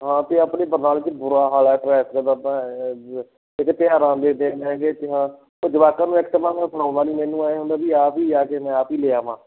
ਹਾਂ ਅਤੇ ਆਪਣੇ ਬਰਨਾਲੇ 'ਚ ਬੁਰਾ ਹਾਲ ਹੈ ਟ੍ਰੈਫਿਕ ਦਾ ਤਾਂ ਐਂਏਂ ਆ ਵੀ ਇੱਕ ਤਿਉਹਾਰਾਂ ਦੇ ਦਿਨ ਹੈਗੇ ਤਿਉਹਾਰ 'ਤੇ ਜਵਾਕਾਂ ਨੂੰ ਐਕਟੀਵਾ ਮੈਂ ਫੜਾਉਂਦਾ ਨਹੀਂ ਮੈਨੂੰ ਐਂਏ ਹੁੰਦਾ ਵੀ ਆਪ ਹੀ ਲਿਆ ਕੇ ਮੈਂ ਆਪ ਹੀ ਲੈ ਆਵਾਂ